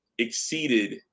exceeded